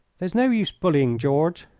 there's no use bullying, george.